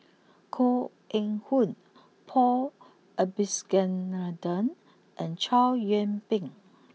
Koh Eng Hoon Paul Abisheganaden and Chow Yian Ping